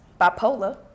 bipolar